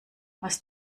was